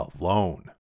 alone